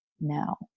now